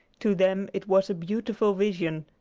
to them it was a beautiful vision,